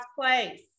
place